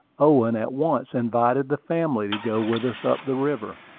owen at once invited the family to go with us up the river.